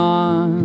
on